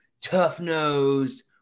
tough-nosed